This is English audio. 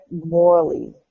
morally